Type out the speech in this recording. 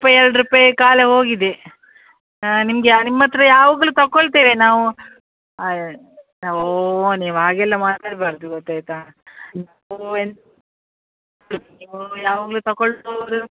ರೂಪಾಯಿ ಎರ್ಡು ರೂಪಾಯಿ ಕಾಲ ಹೋಗಿದೆ ನಿಮಗೆ ನಿಮ್ಮ ಹತ್ರ ಯಾವಾಗಲೂ ತಗೊಳ್ತೇವೆ ನಾವು ಓ ನೀವು ಹಾಗೆಲ್ಲ ಮಾತಾಡ್ಬಾರ್ದು ಗೊತಾಯಿತಾ ನಾವು ಯಾವಾಗಲೂ ತಗೊಳ್ಳುವವ್ರು